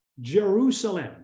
Jerusalem